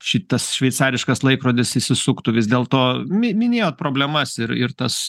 šitas šveicariškas laikrodis įsisuktų vis dėlto mi minėjot problemas ir ir tas